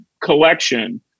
collection